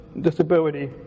disability